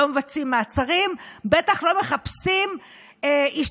לא מבצעים מעצרים ובטח לא מחפשים השתתפות